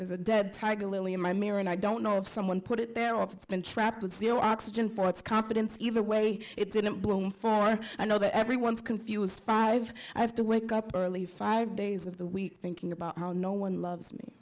there's a dead tiger lily in my mirror and i don't know if someone put it there off it's been trapped with zero oxygen for it's confidence even away it didn't bloom for i know that everyone's confused five i have to wake up early five days of the week thinking about how no one loves me